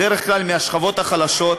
בדרך כלל מהשכבות החלשות,